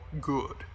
Good